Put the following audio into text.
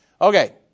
Okay